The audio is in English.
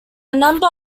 number